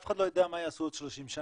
אף אחד לא יודע מה יעשו עוד 30 שנה.